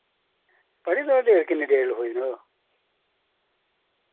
पढ़ी तुस डेट किन्नी डेट लखोई ओ